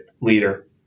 leader